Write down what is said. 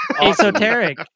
esoteric